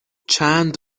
چند